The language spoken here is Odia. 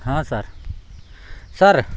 ହଁ ସାର୍ ସାର୍